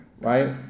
right